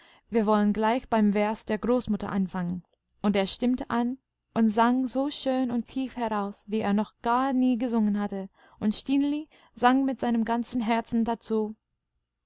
wir wollen gleich beim vers der großmutter anfangen und er stimmte an und sang so schön und tief heraus wie er noch gar nie gesungen hatte und stineli sang mit seinem ganzen herzen dazu